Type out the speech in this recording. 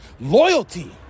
loyalty